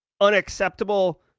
unacceptable